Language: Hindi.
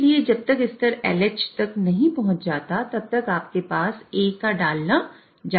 इसलिए जब तक स्तर LH तक नहीं पहुंच जाता तब तक आपके पास A का डालना जारी रहेगा